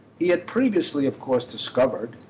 he had previously of course discovered,